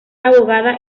abogada